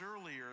earlier